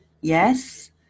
yes